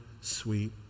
sweet